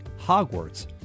Hogwarts